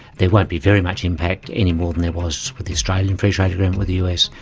there won't be very much impact, any more than there was with the australian free-trade agreement with the us,